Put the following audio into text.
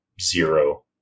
Zero